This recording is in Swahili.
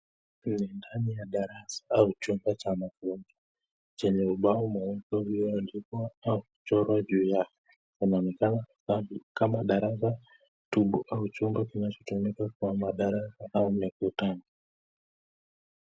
Hii ni ndani ya darasa au chumba cha mafunzo chenye ubao mweupe ulioandikwa au kuchorwa juu yake. Inaonekana kama darasa tupu au chumba kinachotengenezwa kuwa madarasa au mikutano.